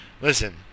Listen